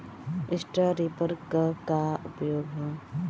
Straw reaper क का उपयोग ह?